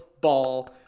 Ball